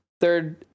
third